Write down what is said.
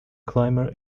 clymer